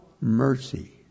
mercy